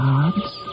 Gods